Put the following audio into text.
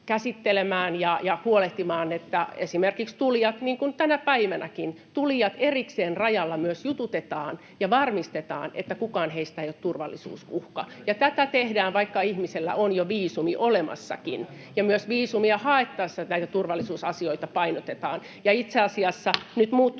käsittelemään ja huolehtimaan, että esimerkiksi tulijat — niin kuin tänä päivänäkin — erikseen rajalla myös jututetaan ja varmistetaan, että kukaan heistä ei ole turvallisuusuhka. Ja tätä tehdään, vaikka ihmisellä on jo viisumi olemassakin, ja myös viisumia haettaessa näitä turvallisuusasioita painotetaan. Ja itse asiassa [Puhemies